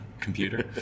computer